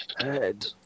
head